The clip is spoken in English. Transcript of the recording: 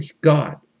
God